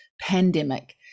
pandemic